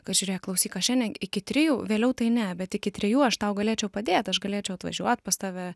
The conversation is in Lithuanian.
kad žiūrėk klausyk aš šiandien iki trijų vėliau tai ne bet iki trijų aš tau galėčiau padėt aš galėčiau atvažiuot pas tave